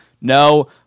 No